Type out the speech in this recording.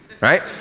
right